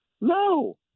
No